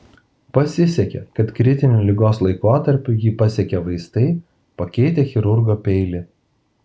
pasisekė kad kritiniu ligos laikotarpiu jį pasiekė vaistai pakeitę chirurgo peilį